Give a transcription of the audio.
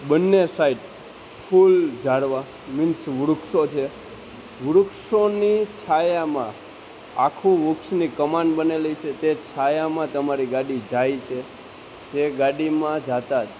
બંને સાઈડ ફૂલ ઝાડવાં મિન્સ વૃક્ષો છે વૃક્ષોની છાયામાં આખું વૃક્ષની કમાન બનેલી છે તે છાયામાં તમારી ગાડી જાય છે તે ગાડીમાં જતાં જ